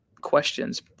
questions